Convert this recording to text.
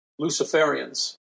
Luciferians